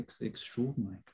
extraordinary